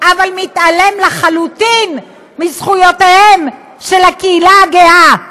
אבל מתעלם לחלוטין מזכויות הקהילה הגאה,